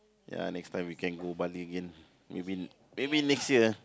ya next time we can go Bali again maybe maybe next year